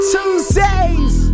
Tuesdays